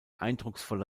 eindrucksvolle